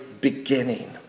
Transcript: beginning